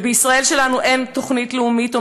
בישראל שלנו אין תוכנית לאומית או